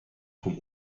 vom